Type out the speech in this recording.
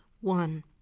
One